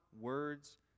words